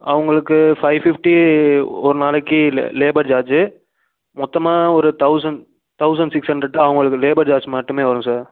அவங்களுக்கு five fifty ஒரு நாளைக்கு லேபர் சார்ஜு மொத்தமாக ஒரு தௌசண்ட் தௌசண்ட் சிக்ஸ் ஹண்ட்ரட் அவங்களுக்கு லேபர் சார்ஜ் மட்டுமே வரும் சார்